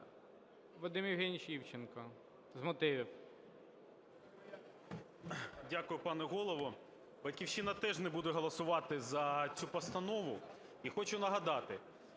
Вадим Євгенович Івченко з мотивів.